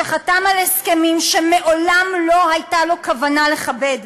שחתם על הסכמים שמעולם לא הייתה לו כוונה לכבד,